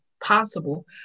possible